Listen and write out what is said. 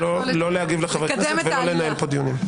להגיב לחברי כנסת ולא להגיב לדיונים.